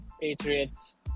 patriots